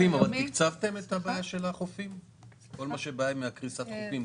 תקצבתם את הבעיה של קריסת החופים?